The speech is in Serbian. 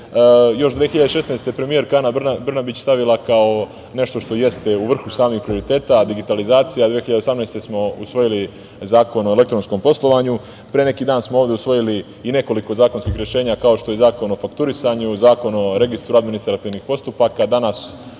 još 2016. godine premijerka Ana Brnabić stavila kao nešto što jeste u vrhu samih prioriteta, digitalizacija, 2018. godine smo usvojili Zakon o elektronskom poslovanju. Pre neki dan smo ovde usvojili i nekoliko zakonskih rešenja kao što je Zakon o fakturisanju, Zakon o registru administrativnih postupaka,